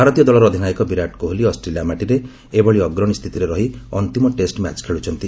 ଭାରତୀୟ ଦଳର ଅଧିନାୟକ ବିରାଟ କୋହଲୀ ଅଷ୍ଟ୍ରେଲିଆ ମାଟିରେ ଏଭଳି ଅଗ୍ରଣୀ ସ୍ଥିତିରେ ରହି ଅନ୍ତିମ ଟେଷ୍ଟ ମ୍ୟାଚ୍ ଖେଳୁଛନ୍ତି